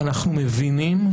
אנחנו מבינים,